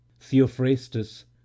theophrastus